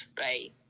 Right